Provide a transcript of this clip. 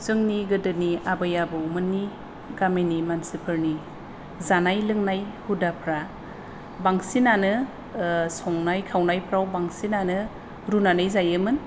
जोंनि गोदोनि आबै आबौमोननि गामिनि मानसिफोरनि जानाय लोंनाय हुदाफ्रा बांसिनानो संनाय खावनायफ्राव बांसिनानो रुनानै जायोमोन